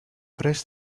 press